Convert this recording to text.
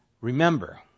Remember